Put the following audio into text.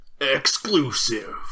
Exclusive